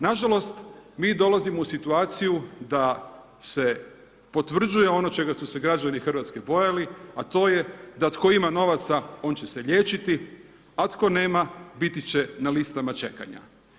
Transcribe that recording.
Nažalost mi dolazimo u situaciju da se potvrđuje ono čega su se građani Hrvatske bojali a to je da tko ima novaca on će se liječiti a tko nema biti će na listama čekanja.